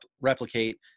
replicate